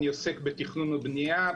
אני עוסק בתכנון ובנייה,